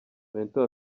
mento